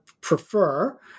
prefer